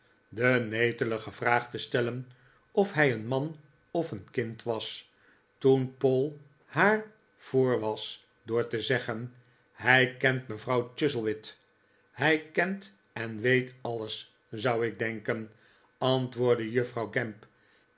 de netelige vraag te stellen of hij een man of een kind was toen paul haar voor was door te zeggen hij kent mevrouw chuzzlewit hij kent en weet alles zou ik denken antwoordde juffrouw gamp